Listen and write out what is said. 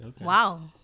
Wow